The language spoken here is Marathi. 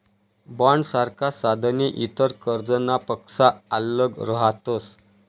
बॉण्डसारखा साधने इतर कर्जनापक्सा आल्लग रहातस